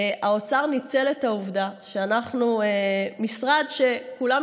האוצר ניצל את העובדה שאנחנו משרד שכולם